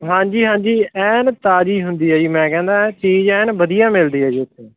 ਹਾਂਜੀ ਹਾਂਜੀ ਐਨ ਤਾਜ਼ੀ ਹੁੰਦੀ ਹੈ ਜੀ ਮੈਂ ਕਹਿੰਦਾ ਚੀਜ਼ ਐਨ ਵਧੀਆ ਮਿਲਦੀ ਹੈ ਜੀ ਉੱਥੇ